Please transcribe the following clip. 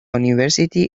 university